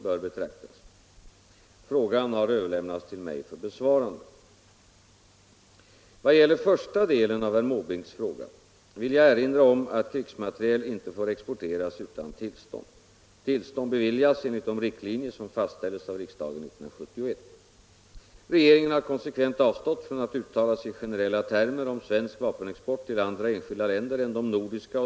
För ett par dagar sedan kunde pressen meddela att f.d. chefen för Irans hemliga polis Mohsen Mobasser har varit på officiellt besök hos civilförsvarsstyrelsen. Den iranska delegationen har bl.a. studerat svenska civilförsvarsanläggningar och svenskt kunnande på området.